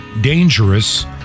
dangerous